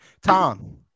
Tom